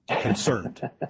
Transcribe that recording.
concerned